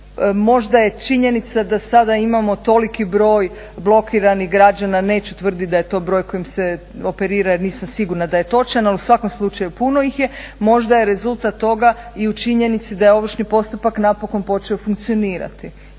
Možda je činjenica da sada imamo toliki broj blokiranih građana, neću tvrditi da je to broj kojim se operira jel nisam sigurna da je točan ali u svakom slučaju puno ih, možda je rezultat i toga i u činjenici da je ovršni postupak napokon počeo funkcionirati.